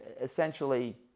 essentially